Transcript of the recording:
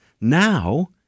Now